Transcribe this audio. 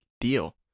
deal